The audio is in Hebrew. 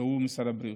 הוא משרד הבריאות.